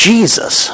Jesus